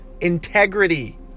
integrity